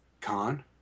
Con